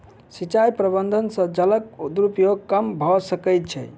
सिचाई प्रबंधन से जलक दुरूपयोग कम भअ सकै छै